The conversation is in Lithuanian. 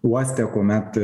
uoste kuomet